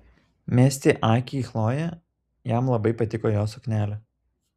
mesti akį į chlojė jam labai patiko jos suknelė